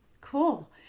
Cool